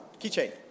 Keychain